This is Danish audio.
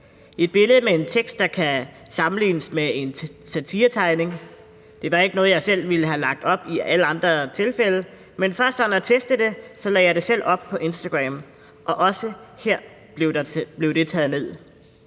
Et billede med en tekst, der kan sammenlignes med en satiretegning. Det var ikke noget, jeg selv ville have lagt op i alle andre tilfælde, men for sådan at teste det, lagde jeg det selv op på Instagram. Også her blev det taget ned.